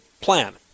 plan